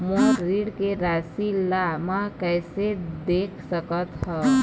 मोर ऋण के राशि ला म कैसे देख सकत हव?